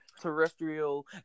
Terrestrial